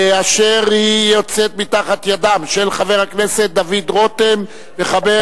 אשר יוצאת מתחת ידם של חבר הכנסת דוד רותם וחבר